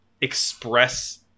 express